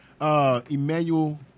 Emmanuel